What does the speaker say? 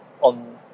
on